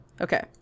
Okay